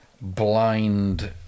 blind